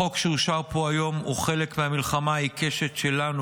החוק שאושר פה היום הוא חלק מהמלחמה העיקשת שלנו,